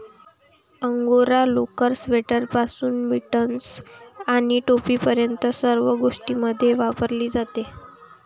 angora लोकर, स्वेटरपासून mittens आणि टोपीपर्यंत सर्व गोष्टींमध्ये वापरली जाते